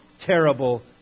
terrible